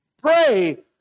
Pray